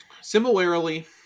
Similarly